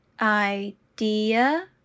idea